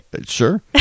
sure